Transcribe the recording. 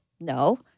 No